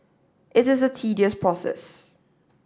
it is a tedious process